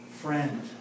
friend